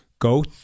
go